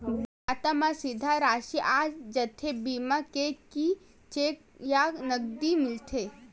Bank खाता मा सीधा राशि आ जाथे बीमा के कि चेक या नकदी मिलथे?